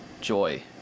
Joy